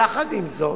יחד עם זאת,